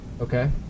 Okay